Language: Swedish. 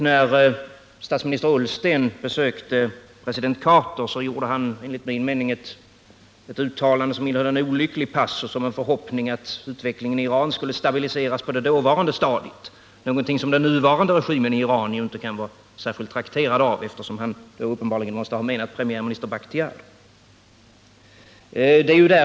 När statsminister Ulisten besökte president Carter gjorde han dessutom ett uttalande som innehöll en enligt min mening olycklig passus om att utvecklingen i Iran skulle stabiliseras på det dåvarande stadiet — något som den nuvarande regimen i Iran inte kan vara särskilt trakterad av, eftersom han måste ha menat premiärminister Bakhtiars regering.